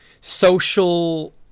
social